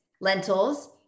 lentils